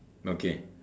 okay